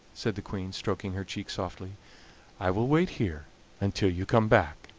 said the queen, stroking her cheek softly i will wait here until you come back.